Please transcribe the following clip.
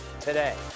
today